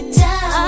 down